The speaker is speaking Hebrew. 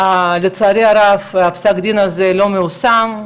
לצערי הרב פסק הדין הזה לא מיושם,